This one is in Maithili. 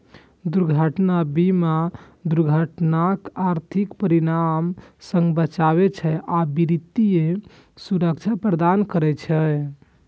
दुर्घटना बीमा दुर्घटनाक आर्थिक परिणाम सं बचबै छै आ वित्तीय सुरक्षा प्रदान करै छै